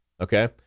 okay